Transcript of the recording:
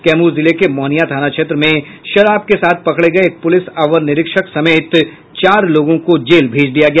कैमूर जिले के मोहनिया थाना क्षेत्र में शराब के साथ पकड़े गये एक प्रलिस अवर निरीक्षक समेत चार लोगों को जेल भेज दिया गया